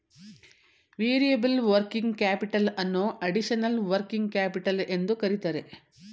variable working capital ಅನ್ನೋ additional working capital ಎಂದು ಕರಿತರೆ